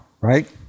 right